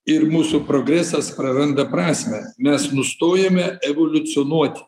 ir mūsų progresas praranda prasmę mes nustojome evoliucionuoti